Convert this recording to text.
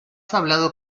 hablado